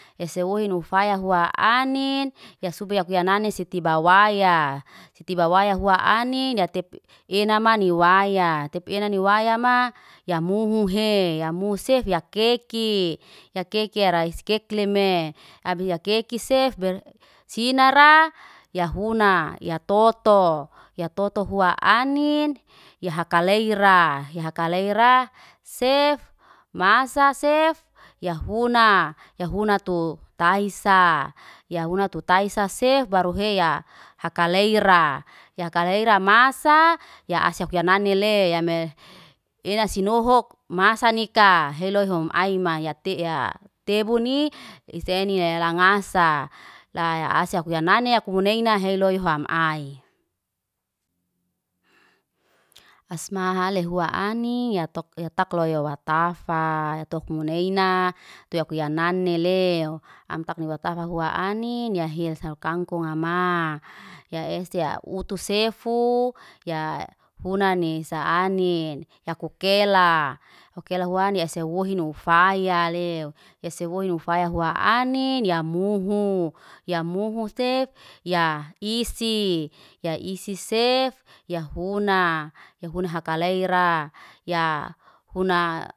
Ese woy nufaya hua anin, ya sube yak kuya nani site bawaia, site bawaia hua anin ya tep enamani waya. Tep enane waya ma, ya muhu he. Ya muhsef, ya keki. Ya keki ara skekleme abya kekesef ber sinar ra, ya huna. Ya toto, ya toto fua anin, ya hakaleira. Ya hakaleira sef, masaa sef ya funa. Ya funa tu kai sa, ya huna tu taisa sef, baru heya. Hakaleira yakaleira masaa, ya aswafu anani le, ya me ina sinohok masaa nika. Heloy hum aima ya te'ya. Tebuni isenie langasa, la asyafu lamane akumuneina heloy fam ai. asmahale hua ani ya tok tak loy watafa, tuk muneina tuyak kuya nani leo. Am takni watafa hua ani, nia his sayu kangkunga ma, ya hestia utusefu, ya funa ni sa anin. Yaku kela, yaku kela huan, ya sewohi nufaya leo. Ese wohin nufaya hua anin ya muhu, ya muhu sef, ya isi. Ya isi sef, ya funa, ya funa hakalaira, ya funa.